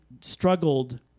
struggled